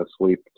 asleep